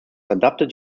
adapted